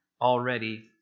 already